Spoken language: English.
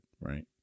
right